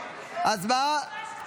אנא תפסו מקומותיכם.